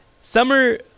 Summer